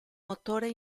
motore